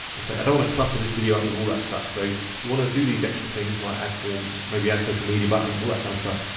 let's say i don't wanna clutter this video up with all that stuff, so if you wanna do these extra things like add forms, maybe a social media buttons, all that kind of stuff,